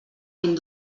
vint